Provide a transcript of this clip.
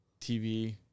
TV